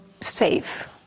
safe